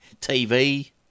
TV